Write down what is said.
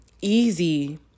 easy